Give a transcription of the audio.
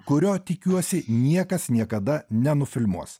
kurio tikiuosi niekas niekada nenufilmuos